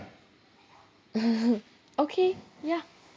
okay ya